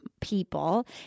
people